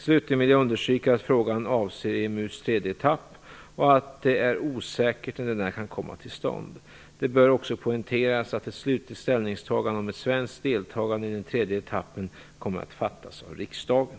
Slutligen vill jag understryka att frågan avser EMU:s tredje etapp och att det är osäkert när denna kan komma till stånd. Det bör också poängteras att ett slutligt ställningstagande om ett svenskt deltagande i den tredje etappen kommer att fattas av riksdagen.